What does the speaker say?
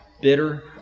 bitter